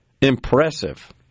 impressive